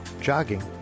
jogging